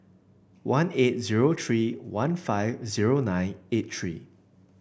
one eight zero three one five zero nine eight three